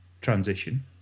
transition